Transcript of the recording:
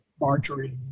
Marjorie